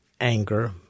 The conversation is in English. anger